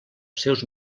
seus